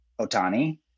Otani